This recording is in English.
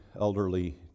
elderly